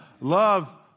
love